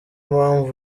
mpamvu